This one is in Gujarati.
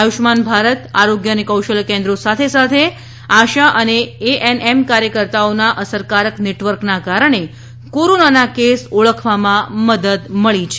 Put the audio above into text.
આયુષ્માન ભારત આરોગ્ય અને કૌશલ્ય કેન્દ્રો સાથે સાથે આશા અને એએનએમ કાર્યકર્તાઓના અસરકારક નેટવર્કના કારણે કોરોનાના કેસ ઓળખવામાં મદદ મળી છે